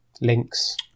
Links